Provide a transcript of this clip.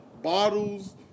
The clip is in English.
Bottles